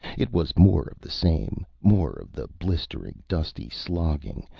it was more of the same, more of the blistering, dusty slogging,